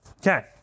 Okay